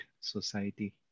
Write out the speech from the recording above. society